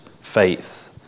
faith